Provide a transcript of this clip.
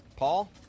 Paul